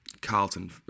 Carlton